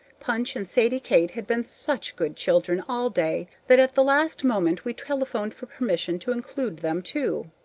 punch and sadie kate had been such good children all day that at the last moment we telephoned for permission to include them, too.